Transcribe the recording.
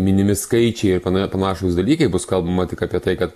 minimi skaičiai ir pa panašūs dalykai bus kalbama tik apie tai kad